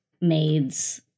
maids